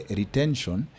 retention